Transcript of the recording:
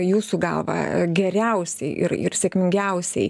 jūsų galva geriausiai ir ir sėkmingiausiai